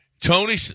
Tony